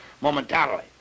momentarily